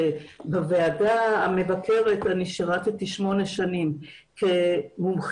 שבוועדה המבקרת אני שירתי שמונה שנים כמומחית.